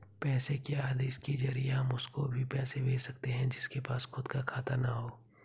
पैसे के आदेश के जरिए हम उसको भी पैसे भेज सकते है जिसके पास खुद का खाता ना हो